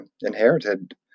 inherited